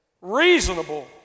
reasonable